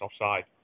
offside